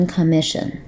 Commission